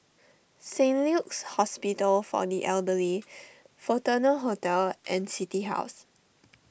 Saint Luke's Hospital for the Elderly Fortuna Hotel and City House